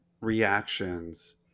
reactions